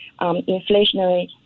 inflationary